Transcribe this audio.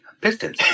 Pistons